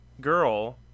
girl